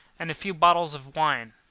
and a few bottles of wine.